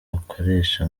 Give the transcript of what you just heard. bakoresha